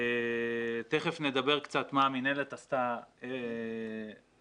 תיכף נדבר קצת מה המינהלת עשתה ובאיזה